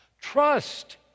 Trust